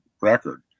record